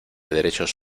derechos